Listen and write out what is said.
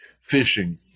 fishing